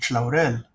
Laurel